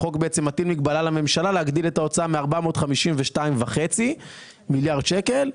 החוק בעצם מטיל מגבלה לממשלה להגדיל את ההוצאה מ-452.5 מיליארד שקל,